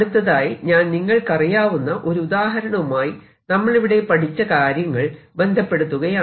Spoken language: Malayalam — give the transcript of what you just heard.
അടുത്തതായി ഞാൻ നിങ്ങൾക്കറിയാവുന്ന ഒരു ഉദാഹരണവുമായി നമ്മളിവിടെ പഠിച്ച കാര്യങ്ങൾ ബന്ധപ്പെടുത്തുകയാണ്